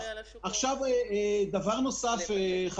עם איזונים ובלמים,